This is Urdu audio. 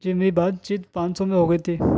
جی میری بات چیت پانچ سو میں ہو گئی تھی